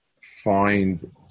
find